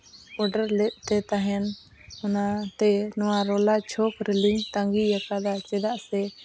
order ᱞᱮᱫ ᱛᱮ ᱛᱟᱦᱮᱱ ᱚᱱᱟᱛᱮ ᱱᱚᱣᱟ ᱨᱳᱞᱟᱨ ᱪᱷᱚᱠ ᱨᱮᱞᱤᱧ ᱛᱟᱺᱜᱤᱭᱟᱠᱟᱫᱟ ᱪᱮᱫᱟᱜ ᱥᱮ